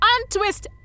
untwist